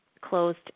closed